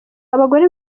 abagore